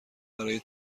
برای